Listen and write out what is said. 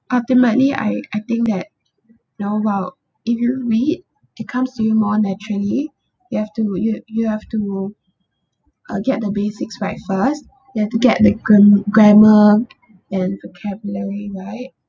ultimately I I think that you know while if you read it comes to you more naturally you have to you'd you have to uh get the basics right first you have to get the gram~ grammar and vocabulary right